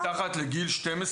קטין מתחת לגיל 12